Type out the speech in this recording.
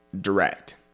direct